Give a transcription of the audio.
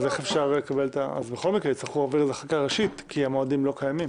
אז בכל מקרה יצטרכו להעביר את זה בחקיקה ראשית כי המועדים לא קיימים.